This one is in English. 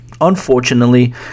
unfortunately